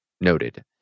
Noted